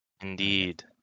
Indeed